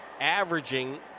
averaging